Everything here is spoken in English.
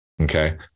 okay